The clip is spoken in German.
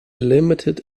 limited